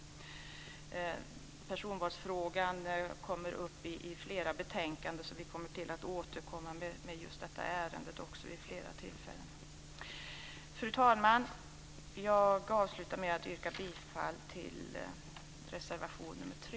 Personvalsfrågan tas upp i flera betänkanden, så vi återkommer till detta ärende vid flera tillfällen. Fru talman! Jag avslutar med att yrka bifall till reservation nr 3.